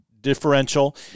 differential